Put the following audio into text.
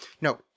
No